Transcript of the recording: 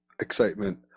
excitement